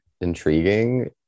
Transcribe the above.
intriguing